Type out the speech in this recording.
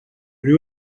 buri